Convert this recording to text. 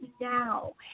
now